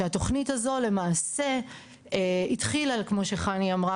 שהתוכנית הזו למעשה התחילה - כמו שחני אמרה